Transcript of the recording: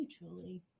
mutually